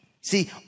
See